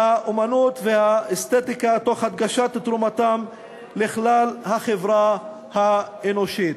האמנות והאסתטיקה תוך הדגשת תרומתם לכלל החברה האנושית.